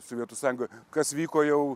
sovietų sąjungoj kas vyko jau